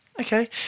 Okay